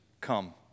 come